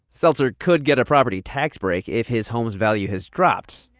seltzer could get a property tax break if his home's value has dropped.